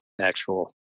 actual